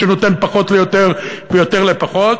שנותן פחות ליותר ויותר לפחות,